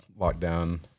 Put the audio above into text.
lockdown